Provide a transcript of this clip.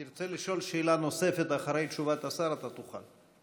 תרצה לשאול שאלה נוספת אחרי תשובת השר, אתה תוכל.